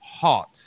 hot